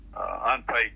unpaid